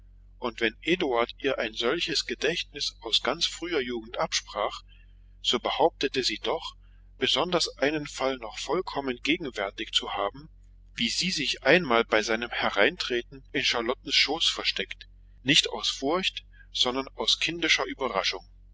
und wenn eduard ihr ein solches gedächtnis aus ganz früher jugend absprach so behauptete sie doch besonders einen fall noch vollkommen gegenwärtig zu haben wie sie sich einmal bei seinem hereintreten in charlottens schoß versteckt nicht aus furcht sondern aus kindischer überraschung